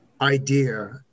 idea